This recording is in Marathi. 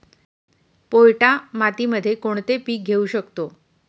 पोयटा मातीमध्ये कोणते पीक घेऊ शकतो?